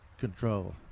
Control